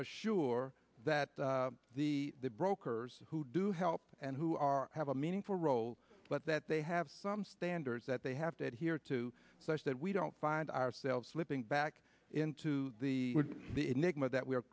assure that the brokers who do help and who are have a meaningful role but that they have some standards that they have to add here to such that we don't find ourselves slipping back into the the enigma that we're